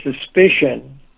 suspicion